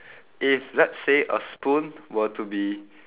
if let's say a spoon were to be